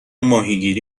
ماهیگیری